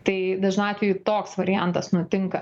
tai dažnu atveju toks variantas nutinka